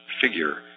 figure